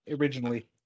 originally